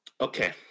Okay